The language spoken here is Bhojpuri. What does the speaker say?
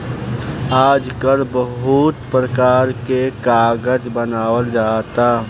आजकल बहुते परकार के कागज बनावल जाता